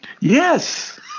Yes